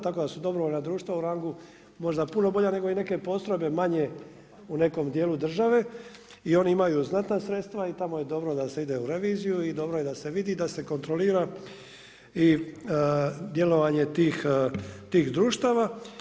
Tako da su dobrovoljna društva u rangu možda i puno bolja nego i neke postrojbe manje u nekom dijelu države i oni imaju znatna sredstva i tamo je dobro da se ide u reviziju i dobro je da se vidi da se kontrolira i djelovanje tih društava.